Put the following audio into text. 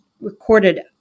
recorded